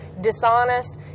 dishonest